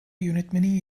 yönetmenin